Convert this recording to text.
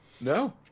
No